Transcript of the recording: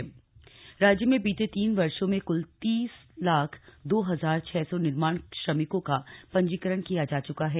पंजीकरण राज्य में बीते तीन वर्षो में कुल तीस लाख दो हजार छह सौ निर्माण श्रमिकों का पंजीकरण किया जा चुका है